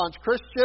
Christian